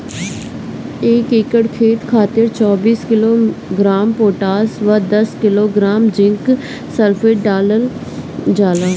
एक एकड़ खेत खातिर चौबीस किलोग्राम पोटाश व दस किलोग्राम जिंक सल्फेट डालल जाला?